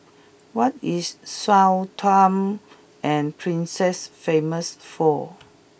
what is Sao Tome and Principe famous for